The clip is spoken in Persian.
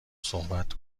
صحبت